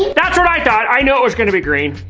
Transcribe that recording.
that's what i thought! i know it's gonna be green!